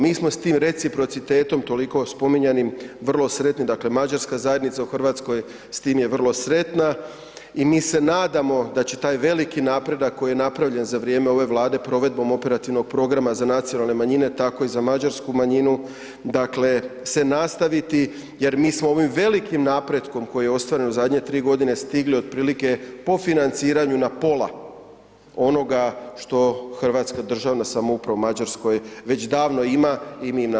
Mi smo s tim reciprocitetom toliko spominjanim vrlo sretni, dakle mađarska zajednica u Hrvatskoj s tim je vrlo sretna i mi se nadamo da će taj veliki napredak koji je napravljen za vrijem ove Vlade provedbom operativnog programa za nacionalne manjine, tako i za Mađarsku manjinu, dakle se nastaviti jer mi smo ovim velikim napretkom koji je ostvaren u zadnje 3 godine stigli otprilike po financiranju na pola onoga što Hrvatska državna samouprava u Mađarskoj već davno ima i mi im na tom svima čestitamo.